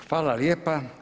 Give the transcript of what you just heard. Hvala lijepa.